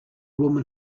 woman